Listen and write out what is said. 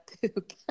poop